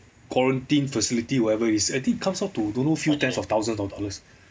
quarantine facility whatever is I think comes up to don't know few tens of thousands of dollars